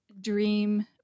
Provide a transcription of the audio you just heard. dream